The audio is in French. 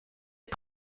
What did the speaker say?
est